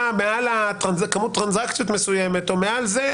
מעל כמות טרנזקציות מסוימת או מעל זה,